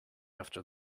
after